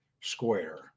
square